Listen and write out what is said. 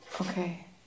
Okay